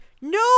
no